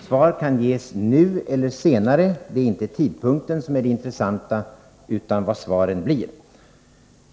Svar kan ges nu eller senare — det är inte tidpunkten som är det intressanta utan vad svaren blir.